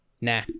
nah